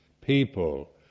people